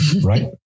Right